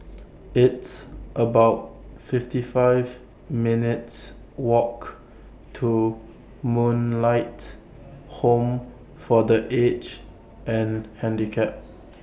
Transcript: It's about fifty five minutes' Walk to Moonlight Home For The Aged and Handicapped